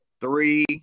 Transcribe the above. three